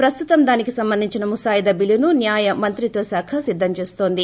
ప్రస్తుతం దానికే సంబంధించిన ముసాయిదా బిల్లును న్యాయ మంత్రిత్వ శాఖ సిద్ధం చేస్తోంది